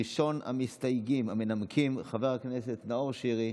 ראשון המסתייגים המנמקים חבר הכנסת נאור שירי.